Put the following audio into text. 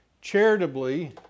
charitably